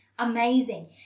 amazing